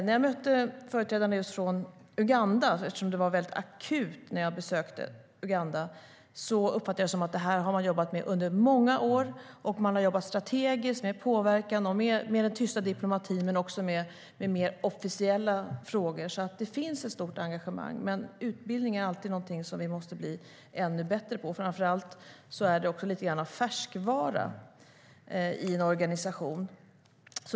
När jag mötte företrädarna från Uganda - det var akut när jag besökte landet - uppfattade jag det som att man har jobbat med det här under många år. Man har jobbat strategiskt med påverkan, med den tysta diplomatin men också med mer officiella frågor. Det finns ett stort engagemang, men utbildning är alltid någonting som vi måste bli ännu bättre på. Framför allt är det också lite grann av färskvara i en organisation.